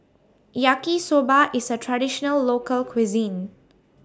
Yaki Soba IS A Traditional Local Cuisine